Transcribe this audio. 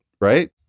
Right